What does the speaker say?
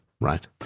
Right